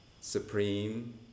Supreme